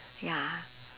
ya